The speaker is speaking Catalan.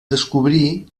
descobrí